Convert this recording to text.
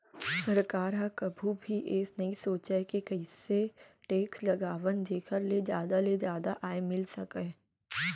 सरकार ह कभू भी ए नइ सोचय के कइसे टेक्स लगावन जेखर ले जादा ले जादा आय मिल सकय